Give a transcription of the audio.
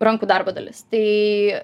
rankų darbo dalis tai